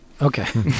okay